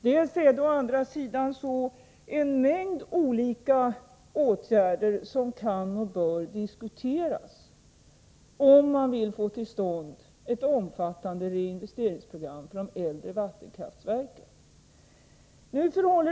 Dels är det en mängd olika åtgärder som kan och bör diskuteras om man vill få till stånd ett omfattande reinvesteringsprogram för de äldre vattenkraftverken.